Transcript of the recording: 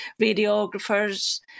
radiographers